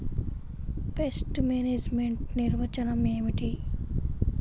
Pest management నిర్వచనం ఏమిటి?